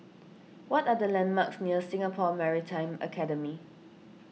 what are the landmarks near Singapore Maritime Academy